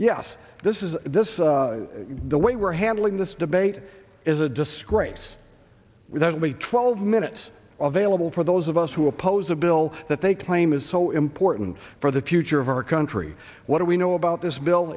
yes this is this the way we're handling this debate is a disgrace without me twelve minutes of a little for those of us who oppose a bill that they claim is so important for the future of our country what do we know about this bill